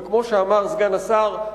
וכמו שאמר סגן השר,